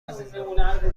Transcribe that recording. عزیزم